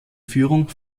führung